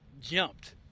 jumped